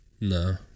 no